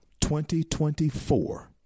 2024